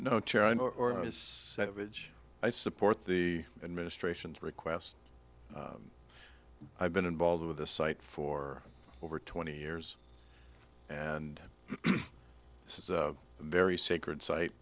edge i support the administration's request i've been involved with the site for over twenty years and this is a very sacred site